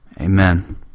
Amen